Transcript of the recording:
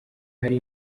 hari